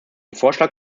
vorschlag